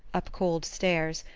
up cold stairs,